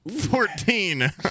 fourteen